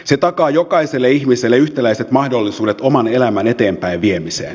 se takaa jokaiselle ihmiselle yhtäläiset mahdollisuudet oman elämän eteenpäinviemiseen